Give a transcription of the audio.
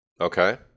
okay